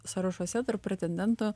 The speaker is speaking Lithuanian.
sąrašuose tarp pretendentų